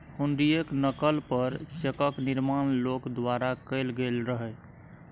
हुंडीयेक नकल पर चेकक निर्माण लोक द्वारा कैल गेल रहय